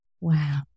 Wow